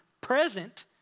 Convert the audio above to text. present